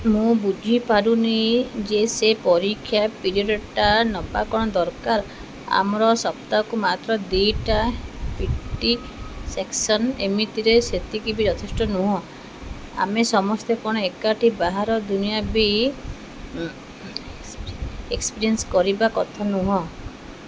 ମୁଁ ବୁଝିପାରୁନି ଯେ ସେ ପରୀକ୍ଷା ପିରିୟଡ଼୍ଟା ନବା କ'ଣ ଦରକାର ଆମର ସପ୍ତାହକୁ ମାତ୍ର ଦୁଇଟା ପି ଟି ସେକ୍ସନ୍ ଏମିତିରେ ସେତିକି ବି ଯଥେଷ୍ଟ ନୁହେଁ ଆମେ ସମସ୍ତେ କ'ଣ ଏକାଠି ବାହାର ଦୁନିଆ ବି ଏକ୍ସପେରିଏନ୍ସ୍ କରିବା କଥା ନୁହେଁ